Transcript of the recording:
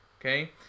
Okay